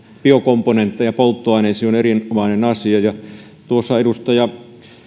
biokomponentteja polttoaineisiin on erinomainen asia ja tuolla edustaja